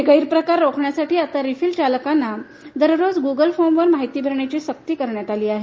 हे गैरप्रकार रोखण्यासाठी आता रिफिलचालकांना दररोज गुगल फॉर्मवर माहिती भरण्याची सक्ती करण्यात आली आहे